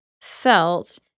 felt